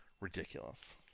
Ridiculous